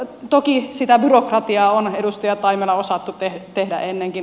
toki sitä byrokratiaa on edustaja taimela osattu tehdä ennenkin